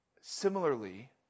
similarly